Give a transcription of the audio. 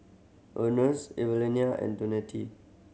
Earnest Evelina and